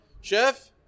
Chef